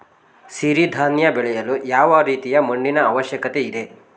ಸಿರಿ ಧಾನ್ಯ ಬೆಳೆಯಲು ಯಾವ ರೀತಿಯ ಮಣ್ಣಿನ ಅವಶ್ಯಕತೆ ಇದೆ?